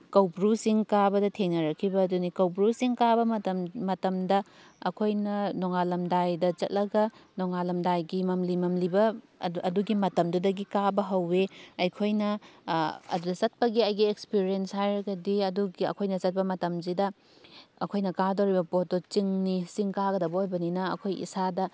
ꯀꯧꯕ꯭ꯔꯨ ꯆꯤꯡ ꯀꯥꯕꯗ ꯊꯦꯡꯅꯔꯛꯈꯤꯕ ꯑꯗꯨꯅꯤ ꯀꯧꯕ꯭ꯔꯨ ꯆꯤꯡ ꯀꯥꯕ ꯃꯇꯝ ꯃꯇꯝꯗ ꯑꯩꯈꯣꯏꯅ ꯅꯣꯉꯥꯜꯂꯝꯗꯥꯏꯗ ꯆꯠꯂꯒ ꯅꯣꯉꯥꯜꯂꯝꯗꯥꯏꯒꯤ ꯃꯝꯂꯤ ꯃꯝꯂꯤꯕ ꯑꯗꯨꯒꯤ ꯃꯇꯝꯗꯨꯗꯒꯤ ꯀꯥꯕ ꯍꯧꯏ ꯑꯩꯈꯣꯏꯅ ꯑꯗꯨꯗ ꯆꯠꯄꯒꯤ ꯑꯩꯒꯤ ꯑꯦꯛꯁꯄꯤꯔꯦꯟꯁ ꯍꯥꯏꯔꯒꯗꯤ ꯑꯗꯨꯒꯤ ꯑꯩꯈꯣꯏꯅ ꯆꯠꯄ ꯃꯇꯝꯁꯤꯗ ꯑꯩꯈꯣꯏꯅ ꯀꯥꯗꯧꯔꯤꯕ ꯄꯣꯠꯇꯨ ꯆꯤꯡꯅꯤ ꯆꯤꯡ ꯀꯥꯒꯗꯕ ꯑꯣꯏꯕꯅꯤꯅ ꯑꯈꯣꯏ ꯏꯁꯥꯗ